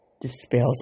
dispels